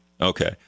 Okay